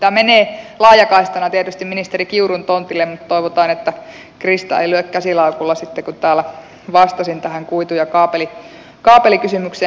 tämä menee laajakaistana tietysti ministeri kiurun tontille mutta toivotaan että krista ei lyö käsilaukulla sitten kun täällä vastasin tähän kuitu ja kaapelikysymykseen